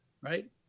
right